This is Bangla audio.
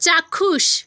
চাক্ষুষ